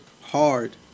hard